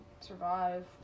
survive